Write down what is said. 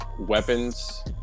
weapons